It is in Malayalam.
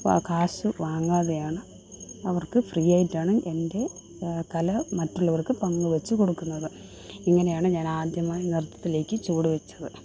പ കാശ് വാങ്ങാതെയാണ് അവർക്ക് ഫ്രീ ആയിട്ടാണ് എൻ്റെ കല മറ്റുള്ളവർക്ക് പങ്ക് വച്ച് കൊടുക്കുന്നത് ഇങ്ങനെയാണ് ഞാനാദ്യമായി നൃത്തത്തിലേക്ക് ചുവട് വച്ചത്